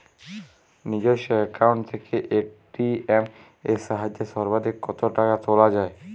নিজস্ব অ্যাকাউন্ট থেকে এ.টি.এম এর সাহায্যে সর্বাধিক কতো টাকা তোলা যায়?